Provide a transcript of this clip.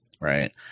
Right